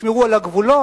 ישמרו על הגבולות,